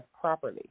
properly